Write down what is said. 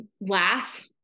laugh